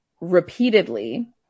repeatedly